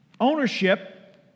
Ownership